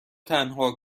تنها